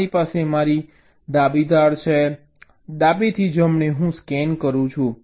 મારી પાસે મારી ડાબી ધાર છે ડાબેથી જમણે હું સ્કેન કરું છું